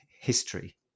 history